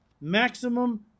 maximum